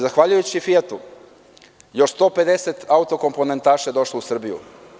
Zahvaljujući „Fijatu“ još 150 autokomponentaša je došlo u Srbiju.